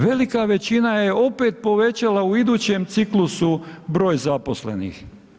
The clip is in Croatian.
Velika većina je opet povećala u idućem ciklusu broj zaposlenih.